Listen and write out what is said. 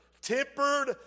Tempered